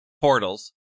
portals